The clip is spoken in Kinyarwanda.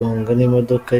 n’imodoka